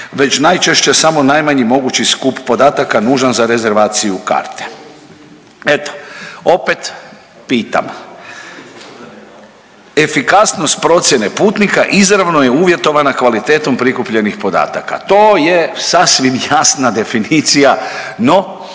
već najčešće samo najmanji mogući skup podataka nužan za rezervaciju karte. Eto opet pitam, efikasnost procijene putnika izravno je uvjetovana kvalitetom prikupljenih podataka. To je sasvim jasna definicija, no